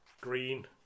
Green